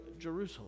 Jerusalem